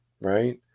right